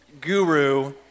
guru